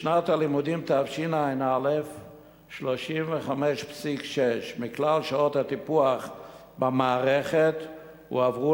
בשנת הלימודים תשע"א 35.6% מכלל שעות הטיפוח במערכת הועברו